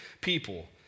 people